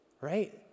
Right